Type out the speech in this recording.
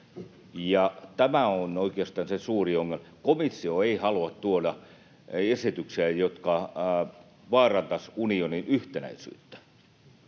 Tämä on oikeastaan se suuri ongelma. Komissio ei halua tuoda esityksiä, jotka vaarantaisivat unionin yhtenäisyyttä,